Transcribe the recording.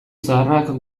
zaharrak